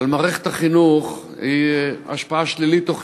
על מערכת החינוך היא השפעה שלילית או חיובית,